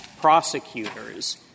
prosecutors